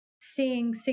seeing